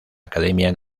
academia